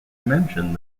mentioned